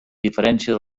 diferència